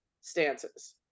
stances